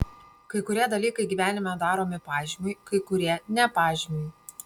kai kurie dalykai gyvenime daromi pažymiui kai kurie ne pažymiui